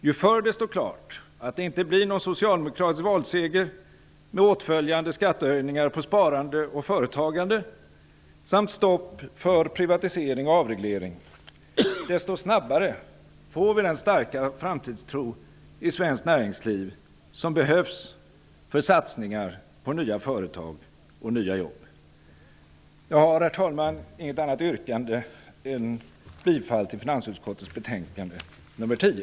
Ju förr det står klart att det inte blir någon socialdemokratisk valseger med åtföljande skattehöjningar på sparande och företagande samt stopp för privatisering och avreglering, desto snabbare får vi den starka framtidstro i svenskt näringsliv som behövs för satsningar på nya företag och nya jobb. Jag har, herr talman, inget annat yrkande än bifall till finansutskottets hemställan i betänkande nr 10.